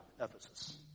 Ephesus